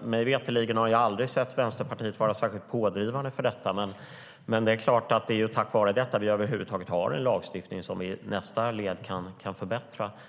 Vad jag vet har Vänsterpartiet aldrig varit särskilt pådrivande i det, men det är tack vare det som vi över huvud taget har en lagstiftning som i nästa led kan förbättras.